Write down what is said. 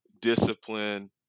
discipline